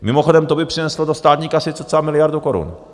Mimochodem, to by přineslo do státní kasy cca miliardu korun.